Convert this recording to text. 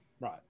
Right